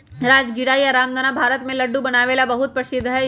राजगीरा या रामदाना भारत में लड्डू बनावे ला बहुत प्रसिद्ध हई